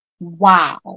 Wow